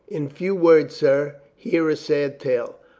in few words, sir, hear a sad tale.